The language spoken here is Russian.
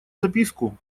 записку